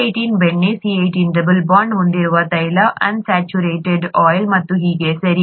C18 ಬೆಣ್ಣೆ C18 double bond ಹೊಂದಿರುವ ತೈಲಅನ್ ಸ್ಯಾಚುರೇಟೆಡ್ ಆಯಿಲ್ ಮತ್ತು ಹೀಗೆ ಸರಿ